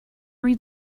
read